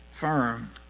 firm